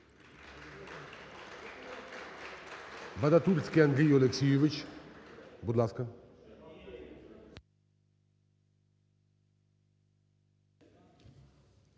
Вадатурський Андрій Олексійович. Будь ласка.